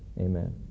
Amen